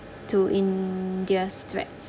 to india's threats